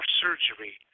surgery